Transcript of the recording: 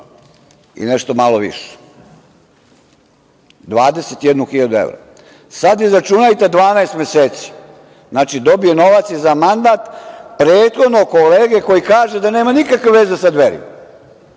i nešto malo više, 21.000 evra. Sada izračunajte 12 meseci. Znači, dobiju novac i za mandat prethodnog kolege koji kaže da nema nikakve veze sa Dverima,